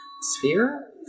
sphere